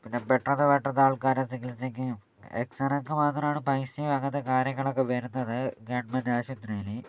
പിന്നെ പെട്ടെന്ന് പെട്ടെന്ന് ആൾക്കാരെ ചികിത്സിക്കുകയും എക്സറേക്ക് മാത്രമാണ് പൈസയും അങ്ങനത്തെ കാര്യങ്ങളൊക്കെ വരുന്നത് ഗവർമെൻ്റ് ആശുപത്രിയിൽ